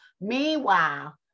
Meanwhile